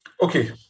Okay